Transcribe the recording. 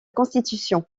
constitution